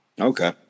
Okay